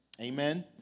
Amen